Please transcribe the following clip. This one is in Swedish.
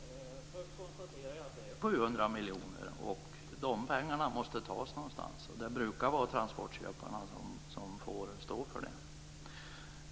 Fru talman! Först konstaterar jag att det är 700 miljoner. Dessa pengar måste tas någonstans, och det brukar vara transportköparna som får stå för kostnaderna.